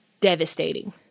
devastating